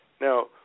now